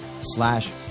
slash